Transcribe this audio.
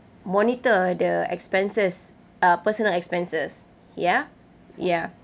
monitor the expenses uh personal expenses ya ya